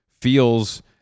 feels